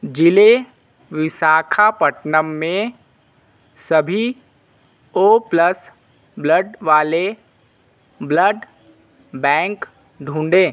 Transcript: ज़िले विशाखापट्नम में सभी ओ प्लस ब्लड वाले ब्लड बैंक ढूँढें